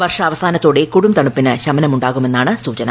വർഷാവസാനത്തോടെ കൊടുംതണുപ്പിന് ശമനമുാകുമെന്നാണ് സൂചന